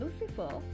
Lucifer